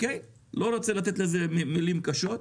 כי אני לא רוצה לומר מילים קשות,